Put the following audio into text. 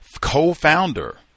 co-founder